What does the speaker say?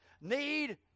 need